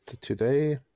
today